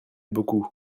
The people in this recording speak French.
beaucoup